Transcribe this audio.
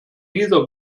either